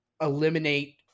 eliminate